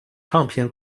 唱片